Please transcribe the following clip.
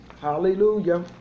Hallelujah